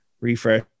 refresh